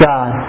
God